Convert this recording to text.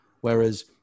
Whereas